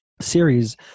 series